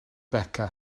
beca